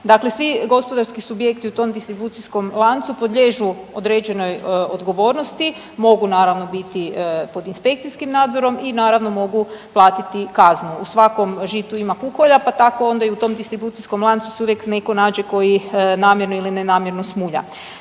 Dakle, svi gospodarski subjekti u tom distribucijskom lancu podliježu određenoj odgovornosti, mogu naravno biti pod inspekcijskim nadzorom i naravno mogu platiti kaznu. U svakom žitu ima kukolja pa tako onda i u tom distribucijskom lancu se uvijek netko nađe koji namjerno ili nenamjerno smulja.